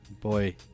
Boy